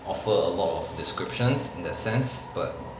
offer a lot of descriptions in that sense but